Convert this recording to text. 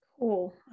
Cool